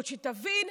תבין,